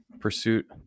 Pursuit